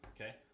Okay